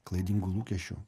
klaidingų lūkesčių